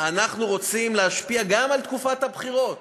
אנחנו רוצים להשפיע גם על תקופת הבחירות.